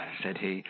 said he,